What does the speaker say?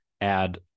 add